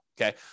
okay